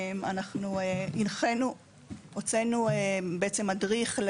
אנחנו הנחינו, בעצם, הוצאנו מדריך.